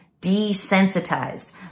desensitized